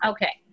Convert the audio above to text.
Okay